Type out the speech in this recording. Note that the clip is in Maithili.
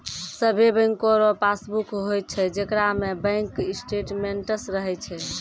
सभे बैंको रो पासबुक होय छै जेकरा में बैंक स्टेटमेंट्स रहै छै